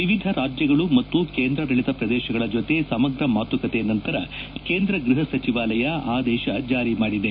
ವಿವಿಧ ರಾಜ್ಯಗಳು ಮತ್ತು ಕೇಂದ್ರಾಡಳಿತ ಪ್ರದೇಶಗಳ ಜತೆ ಸಮಗ್ರ ಮಾತುಕತೆ ನಂತರ ಕೇಂದ್ರ ಗ್ಬಹ ಸಚಿವಾಲಯ ಆದೇಶ ಜಾರಿ ಮಾಡಿದೆ